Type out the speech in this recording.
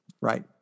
right